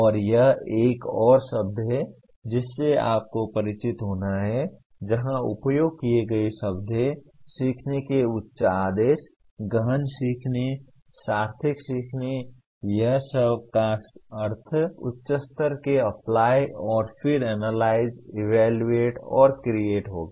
और यह एक और शब्द है जिससे आपको परिचित होना है जहाँ उपयोग किए गए शब्द हैं सीखने के उच्च आदेश गहन सीखने सार्थक सीखने यह सब का अर्थ उच्चतर स्तर के अप्लाई और फिर एनालाइज इवैल्यूएट और क्रिएट होगा